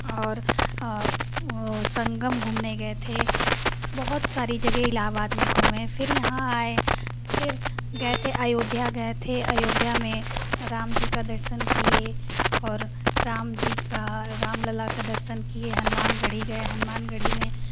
और संगम घूमने गये थे बहुत सारी जगह इलाहाबाद में घूमे फिर यहाँ आये फिर गये थे अयोध्या गये थे अयोध्या में राम जी का दर्शन किये और राम जी का राम लल्ला का दर्शन किये हनुमान गढ़ी गये हनुमान गढ़ी में